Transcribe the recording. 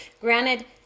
Granted